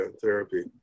therapy